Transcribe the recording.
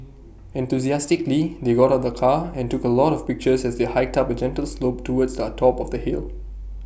enthusiastically they got out of the car and took A lot of pictures as they hiked up A gentle slope towards our top of the hill